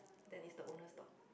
then it's the owner's dog